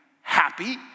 happy